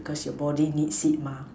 cause your body needs it mah